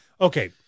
Okay